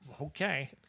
Okay